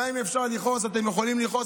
אתם יכולים לכעוס,